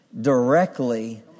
directly